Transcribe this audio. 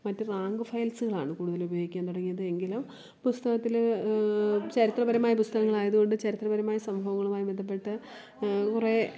മറ്റു റാങ്ക് ഫയൽസുകളാണ് കൂടുതലുപയോഗിക്കാൻ തുടങ്ങിയത് എങ്കിലും പുസ്തകത്തിൽ ചരിത്രപരമായ പുസ്തകങ്ങളായതുകൊണ്ട് ചരിത്രപരമായ സംഭവങ്ങളുമായി ബന്ധപ്പെട്ട് കുറേ